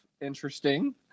Interesting